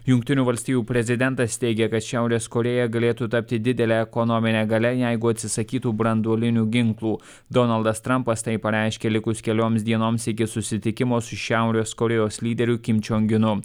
jungtinių valstijų prezidentas teigia kad šiaurės korėja galėtų tapti didele ekonomine galia jeigu atsisakytų branduolinių ginklų donaldas trampas tai pareiškė likus kelioms dienoms iki susitikimo su šiaurės korėjos lyderiu kim čiong inu